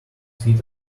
fit